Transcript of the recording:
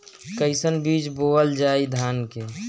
कईसन बीज बोअल जाई धान के?